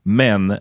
men